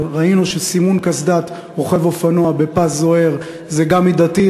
וראינו שסימון קסדת רוכב אופנוע בפס זוהר זה גם מידתי,